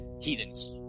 heathens